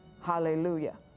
Hallelujah